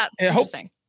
interesting